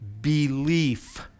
belief